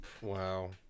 Wow